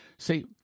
See